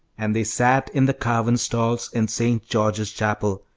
and they sat in the carven stalls in st. george's chapel,